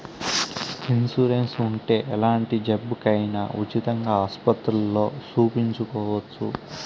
insurance ఉంటే ఎలాంటి జబ్బుకైనా ఉచితంగా ఆస్పత్రుల్లో సూపించుకోవచ్చు